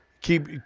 keep